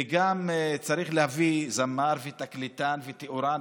וגם צריך להביא זמר, תקליטן ותאורן